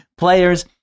Players